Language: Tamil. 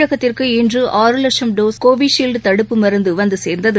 தமிழகத்திற்கு இன்று ஆறு லட்சம் டோஸ் கோவிஷீல்ட் தடுப்பு மருந்துவந்தசேர்ந்தது